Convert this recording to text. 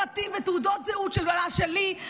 פרטים ותעודות זהות שלי,